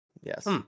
yes